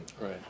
Right